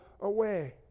away